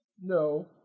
No